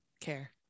care